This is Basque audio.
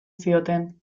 zioten